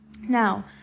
now